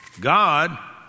God